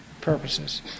purposes